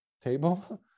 table